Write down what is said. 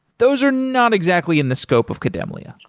those are not exactly in the scope of kademlia.